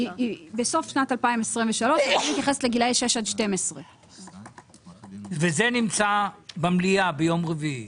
בסוף שנת 2023. אני מתייחסת לגילאי 6-12. וזה נמצא במליאה ביום רביעי,